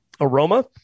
aroma